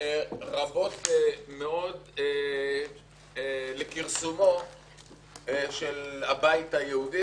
רבות מאוד לכרסומו של הבית היהודי,